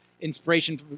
inspiration